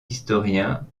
historiens